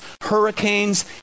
hurricanes